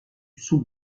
sous